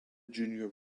junior